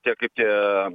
tie kaip tie